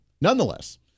Nonetheless